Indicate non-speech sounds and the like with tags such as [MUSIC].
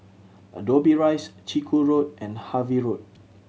[UNINTELLIGIBLE] Dobbie Rise Chiku Road and Harvey Road